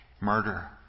murder